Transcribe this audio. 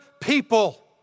people